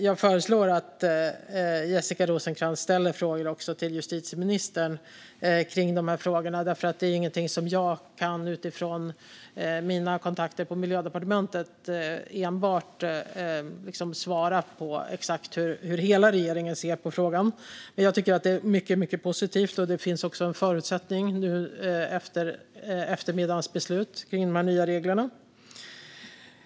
Jag föreslår att Jessica Rosencrantz också ställer frågor till justitieministern om detta, för jag kan inte enbart utifrån mina kontakter på Miljödepartementet svara på exakt hur hela regeringen ser på frågan. Jag tycker dock att det är mycket positivt, och det finns också en förutsättning för detta nu efter eftermiddagens beslut om de nya reglerna.